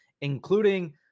including